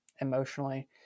emotionally